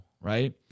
right